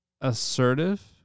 assertive